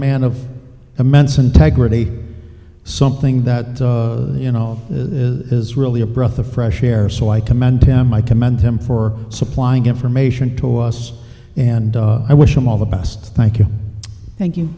man of immense integrity something that you know the is really a breath of fresh air so i commend him i commend him for supplying information to us and i wish him all the best thank you thank you